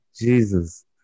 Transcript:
Jesus